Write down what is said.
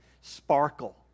sparkle